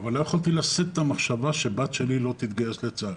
אבל לא יכולתי לשאת את המחשבה שבת שלי לא תתגייס לצה"ל,